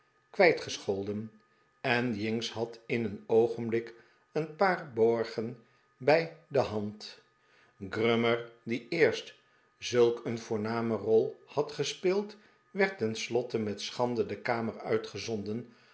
kwijtgescholden en jinks had in een oogenblik een paar borgen bij de hand grummer die eerst zulk een voorname rol had gespeeld werd ten slotte met schande de kamer uitgezonden